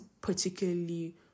particularly